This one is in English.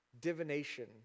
Divination